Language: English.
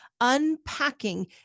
unpacking